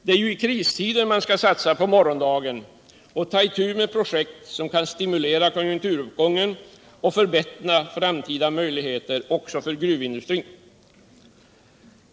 Det är ju i kristider man skall satsa på morgondagen och ta itu med projekt som kan stimulera konjunkturuppgången och möjliggöra en bättre framtid för gruvindustrin.